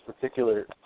particular